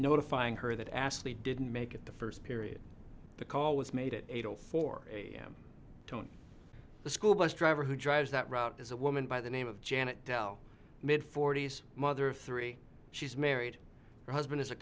notifying her that astley didn't make it the first period the call was made at eight o four am the school bus driver who drives that route is a woman by the name of janet dell mid forty's mother of three she's married her husband is a